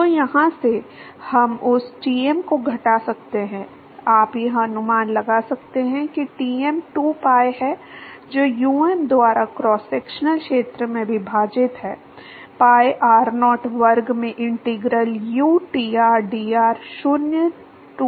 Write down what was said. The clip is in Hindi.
तो यहाँ से हम उस Tm को घटा सकते हैं आप यह अनुमान लगा सकते हैं कि Tm 2pi है जो um द्वारा क्रॉस सेक्शनल क्षेत्र में विभाजित है pi r naught वर्ग में integral uTr dr 0 to r naught है